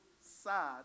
sad